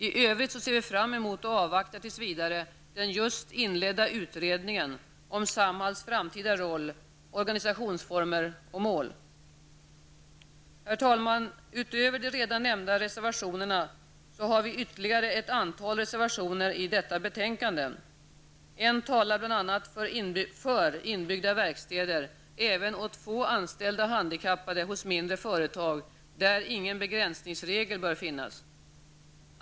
I övrigt ser vi fram emot och avvaktar tills vidare den just inledda utredningen om Samhalls framtida roll, organisationsformer och mål. Herr talman! Utöver de redan nämnda reservationerna har vi ytterligare ett antal reservationer i detta betänkande. En talar bl.a. för inbyggda verkstäder även åt få anställda handikappade hos mindre företag, där ingen begränsningsregel bör finnas.